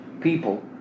people